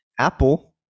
Apple